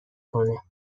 کنه